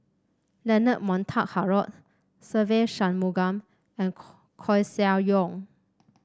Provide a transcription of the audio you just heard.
Leonard Montague Harrod Se Ve Shanmugam and Koeh Sia Yong